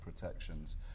protections